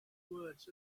words